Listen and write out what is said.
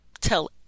tell